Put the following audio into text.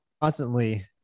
constantly